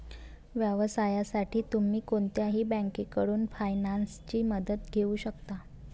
व्यवसायासाठी तुम्ही कोणत्याही बँकेकडून फायनान्सची मदत घेऊ शकता